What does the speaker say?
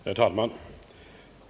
Herr talman!